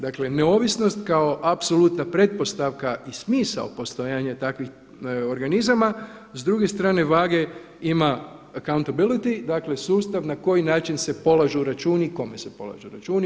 Dakle neovisnost kao apsolutna pretpostavaka i smisao postojanja takvih organizama s druge strane vage ima accountability dakle sustav na koji način se polažu računi i kome se polažu računi.